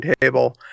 table